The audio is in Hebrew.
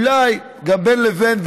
אולי גם בין לבין,